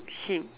him